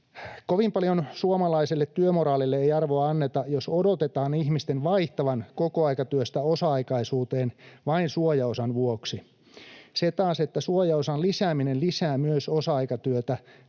Kovin paljon suomalaiselle työmoraalille ei arvoa anneta, jos odotetaan ihmisten vaihtavan kokoaikatyöstä osa-aikaisuuteen vain suojaosan vuoksi. Se taas, että suojaosan lisääminen lisää myös osa-aikatyötä